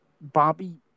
Bobby